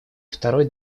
второй